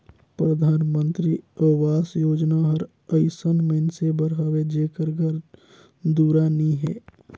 परधानमंतरी अवास योजना हर अइसन मइनसे बर हवे जेकर घर दुरा नी हे